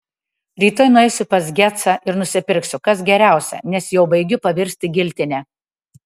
rytoj nueisiu pas gecą ir nusipirksiu kas geriausia nes jau baigiu pavirsti giltine